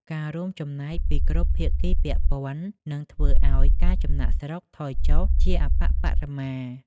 ការរួមចំណែកពីគ្រប់ភាគីពាក់ព័ន្ធនឹងធ្វើឱ្យការចំណាកស្រុកថយចុះជាអប្បបរមា។